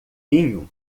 vinho